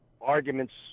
arguments